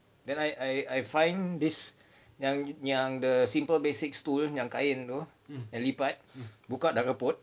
then I I I find this yang the simple basic students yang lipat yang buka tutup boat